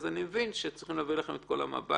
אני מבין שצריך להעביר לכם את כל המב"דים,